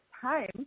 time